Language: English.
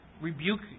Rebuke